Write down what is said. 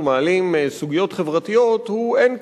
מעלים סוגיות חברתיות הוא "אין כסף",